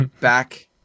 back